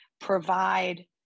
provide